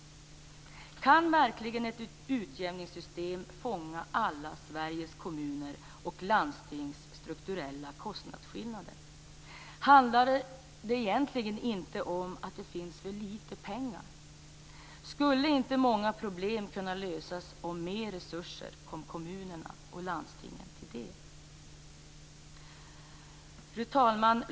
Kan verkligen ett utjämningssystem fånga alla Sveriges kommuners och landstings strukturella kostnadsskillnader? Handlar det egentligen inte om att det finns för lite pengar? Skulle inte många problem kunna lösas om mer resurser kom kommunerna och landstingen till del? Fru talman!